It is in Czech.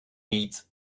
víc